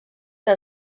que